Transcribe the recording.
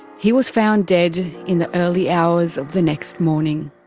he was found dead in the early hours of the next morning.